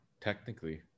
technically